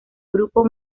grupo